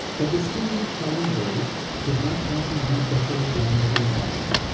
the distinguished triumvirate did not want to leave the holy land of vrindavan,